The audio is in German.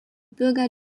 bürger